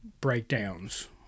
breakdowns